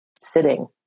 sitting